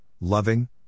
loving